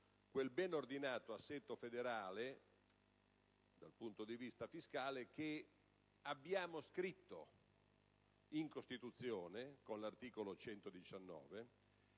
Quel ben ordinato assetto federale dal punto di vista fiscale che abbiamo scritto in Costituzione con l'articolo 119